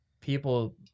people